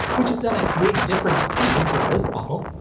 which is done at three different speeds with this model.